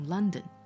London